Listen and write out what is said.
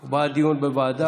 הוא בעד דיון בוועדה.